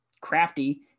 crafty